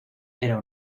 era